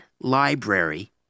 library